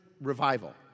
revival